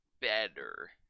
better